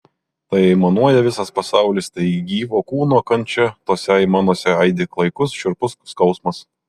tai aimanuoja visas pasaulis tai gyvo kūno kančia tose aimanose aidi klaikus šiurpus skausmas